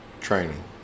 training